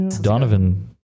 Donovan